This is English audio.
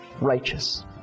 righteous